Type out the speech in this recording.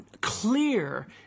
clear